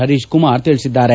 ಪರೀಶಕುಮಾರ್ ತಿಳಿಸಿದ್ದಾರೆ